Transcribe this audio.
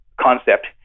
concept